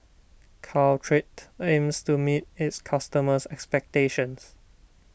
Caltrate aims to meet its customers' expectations